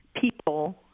people